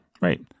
Right